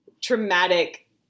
traumatic